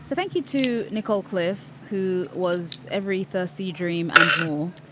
so thank you to nicole cliffe, who was every thirsty dream and more.